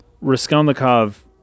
Raskolnikov